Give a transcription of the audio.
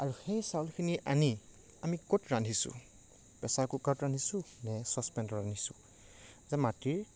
আৰু সেই চাউলখিনি আনি আমি ক'ত ৰান্ধিছো প্ৰেছাৰ কুকাৰত ৰান্ধিছোঁ নে ছচপেনত ৰান্ধিছোঁ নে মাটিৰ